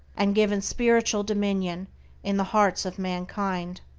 and given spiritual dominion in the hearts of mankind.